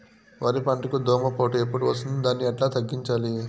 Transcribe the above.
వరి పంటకు దోమపోటు ఎప్పుడు వస్తుంది దాన్ని ఎట్లా తగ్గించాలి?